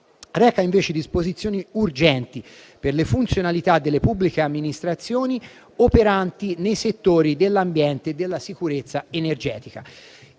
reca invece disposizioni urgenti per le funzionalità delle pubbliche amministrazioni operanti nei settori dell'ambiente e della sicurezza energetica.